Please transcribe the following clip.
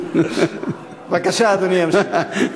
בבקשה, אדוני ימשיך.